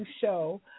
show